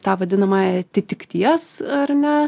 tą vadinamąjį atitikties ar ne